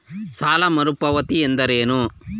ಸಾಲ ಮರುಪಾವತಿ ಎಂದರೇನು?